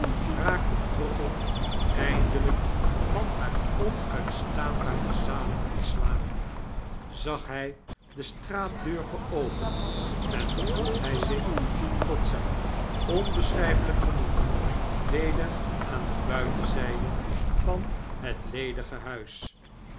trottle eindelgk van haar onuitstaanbaargezanikontslagen zag hg de straatdeur geopend en bevond hg zich tot zijn onbeschrgfelgk genoegen weder aan de buitenzgde van het ledige huis